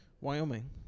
Wyoming